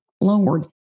Lord